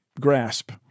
grasp